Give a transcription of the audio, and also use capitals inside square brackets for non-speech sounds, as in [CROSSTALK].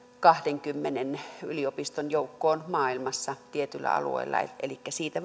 kahdenkymmenen yliopiston joukkoon maailmassa tietyllä alueella elikkä siitä [UNINTELLIGIBLE]